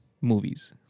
movies